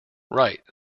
right